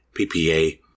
PPA